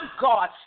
God